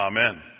Amen